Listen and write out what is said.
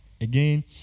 Again